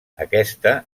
aquesta